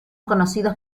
conocidos